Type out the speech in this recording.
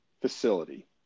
facility